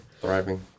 thriving